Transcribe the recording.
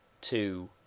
Two